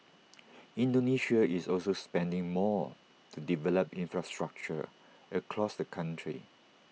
Indonesia is also spending more to develop infrastructure across the country